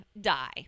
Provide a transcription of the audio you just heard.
die